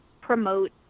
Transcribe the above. promote